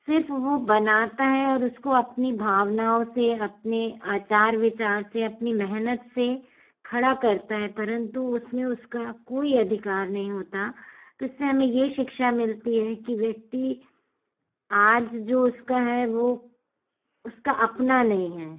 सिर्फ वो बनाता है और उसको अपनी भावनाओं से अपने आचार विचार से अपनी मेहनत से खड़ा करता है परन्तु उसमें उसका कोई अधिकार नहीं होता तो इससे हमें ये शिक्षा मिलती है कि व्यक्ति आज जो उसका है वो उसका अपना नहीं है